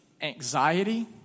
anxiety